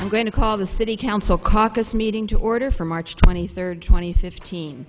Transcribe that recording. i'm going to call the city council caucus meeting to order from march twenty third twenty fifteen